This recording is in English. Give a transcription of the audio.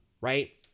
right